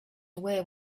away